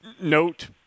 note